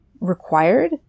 required